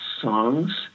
songs